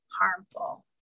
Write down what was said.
harmful